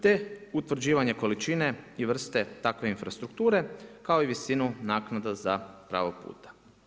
Te utvrđivanje količine i vrste takve infrastrukture kao i visine naknada za pravog puta.